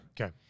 Okay